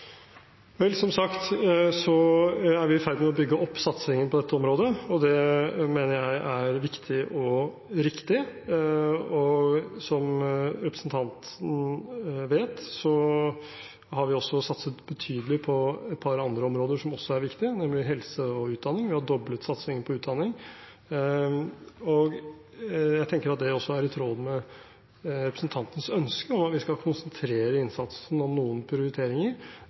side. Som sagt er vi i ferd med å bygge opp satsingen på dette området, og det mener jeg er viktig og riktig. Som representanten vet, har vi også satset betydelig på et par andre områder som også er viktige, nemlig helse og utdanning. Vi har doblet satsingen på utdanning. Jeg tenker at det er i tråd med representantens ønske om at vi skal konsentrere innsatsen om